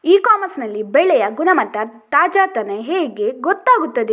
E commerce ನಲ್ಲಿ ಬೆಳೆಯ ಗುಣಮಟ್ಟ, ತಾಜಾತನ ಹೇಗೆ ಗೊತ್ತಾಗುತ್ತದೆ?